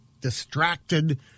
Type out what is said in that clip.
distracted